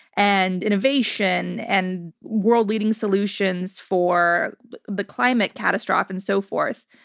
and innovation and world leading solutions for the climate catastrophe and so forth.